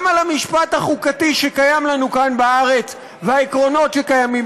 גם על המשפט החוקתי שקיים לנו כאן בארץ והעקרונות שקיימים